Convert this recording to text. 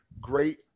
Great